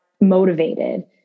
motivated